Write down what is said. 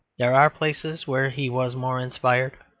there are places where he was more inspired,